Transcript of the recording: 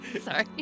Sorry